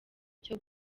cyo